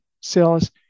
sales